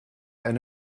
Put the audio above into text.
eine